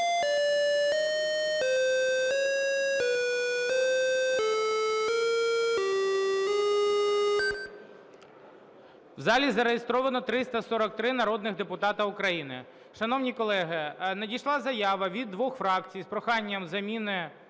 В залі зареєстровано 343 народних депутати України. Шановні колеги, надійшла заява від двох фракцій з проханням заміни…